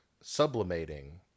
sublimating